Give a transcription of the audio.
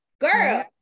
girl